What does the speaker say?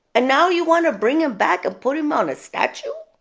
and now you want to bring him back and put him on a statue?